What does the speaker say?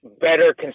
better